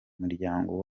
muryango